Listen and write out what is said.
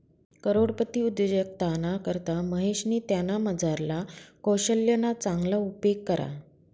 करोडपती उद्योजकताना करता महेशनी त्यानामझारला कोशल्यना चांगला उपेग करा